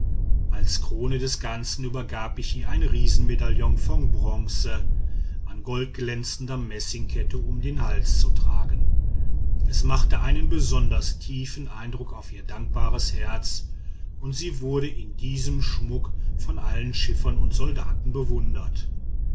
als krone des ganzen übergab ich ihr ein riesenmedaillon von bronze an goldglänzender messingkette um den hals zu tragen es machte einen besonders tiefen eindruck auf ihr dankbares herz und sie wurde in diesem schmuck von allen schiffern und soldaten bewundert